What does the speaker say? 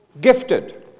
gifted